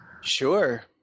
Sure